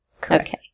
Correct